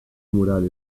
moral